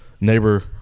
neighbor